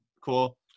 cool